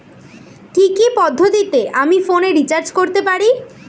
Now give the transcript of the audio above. কি কি পদ্ধতিতে আমি ফোনে রিচার্জ করতে পারি?